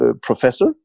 professor